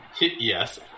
Yes